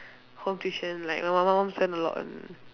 home tuition like my mum mum spent a lot on